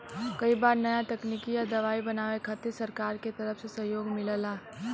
कई बार नया तकनीक या दवाई बनावे खातिर सरकार के तरफ से सहयोग मिलला